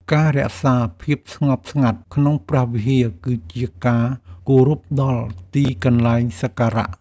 ការរក្សាភាពស្ងប់ស្ងាត់ក្នុងព្រះវិហារ គឺជាការគោរពដល់ទីកន្លែងសក្ការៈ។